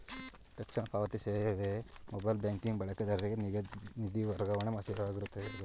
ತಕ್ಷಣ ಪಾವತಿ ಸೇವೆ ಮೊಬೈಲ್ ಬ್ಯಾಂಕಿಂಗ್ ಬಳಕೆದಾರರಿಗೆ ನಿಧಿ ವರ್ಗಾವಣೆ ಸೇವೆಯಾಗೈತೆ